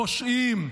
פושעים,